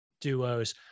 duos